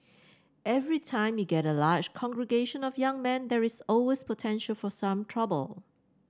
every time you get a large congregation of young men there is always potential for some trouble